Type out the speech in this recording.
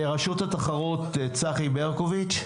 רשות התחרות, בבקשה.